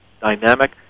dynamic